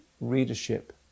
readership